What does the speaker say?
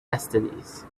destinies